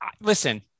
Listen